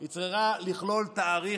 היא צריכה לכלול תאריך